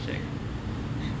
shag